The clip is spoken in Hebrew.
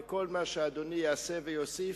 וכל מה שאדוני יעשה ויוסיף,